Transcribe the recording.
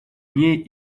ней